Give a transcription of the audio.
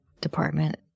department